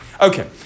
Okay